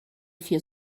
vier